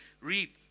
Reap